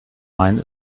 main